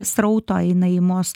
srauto eina į mus